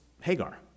Hagar